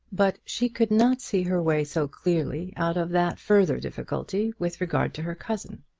but she could not see her way so clearly out of that further difficulty with regard to her cousin.